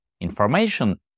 information